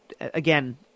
again